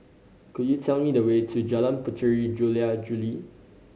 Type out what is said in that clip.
could you tell me the way to Jalan Puteri Jula Juli